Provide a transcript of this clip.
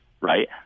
right